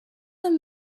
them